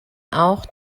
auch